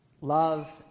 love